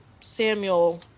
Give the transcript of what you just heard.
Samuel